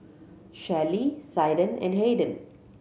Shelley Zaiden and Hayden